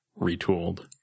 retooled